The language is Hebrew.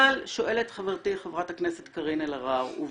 אבל שואלת חברתי חברת הכנסת קארין אלהרר, ובצדק,